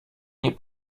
nie